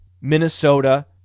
Minnesota